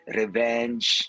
revenge